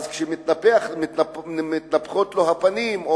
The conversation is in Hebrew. הרי כשמתנפחות לו הפנים,